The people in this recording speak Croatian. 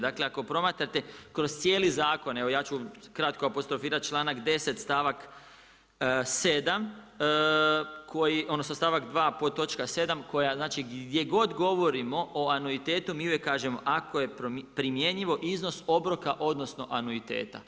Dakle, ako promatrate kroz cijeli zakon, evo ja ću kratko apostrofirati članak 10. stavak 7. koji, odnosno stavak 2. podtočka 7. koja znači gdje god govorimo o anuitetu mi uvijek kažemo ako je primjenjivo iznos obroka odnosno anuiteta.